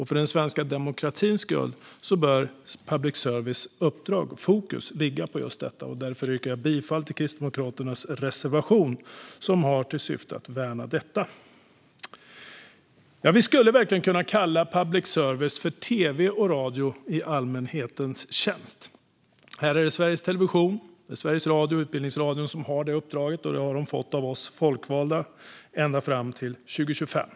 För den svenska demokratins skull bör public services uppdrag och fokus ligga på just detta, och därför yrkar jag bifall till Kristdemokraternas reservation, som har till syfte att värna detta. Vi skulle verkligen kunna kalla public service för tv och radio i allmänhetens tjänst. Här är det Sveriges Television, Sveriges Radio och Utbildningsradion som har det uppdraget, och det har de fått av oss folkvalda fram till 2025.